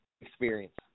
experience